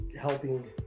helping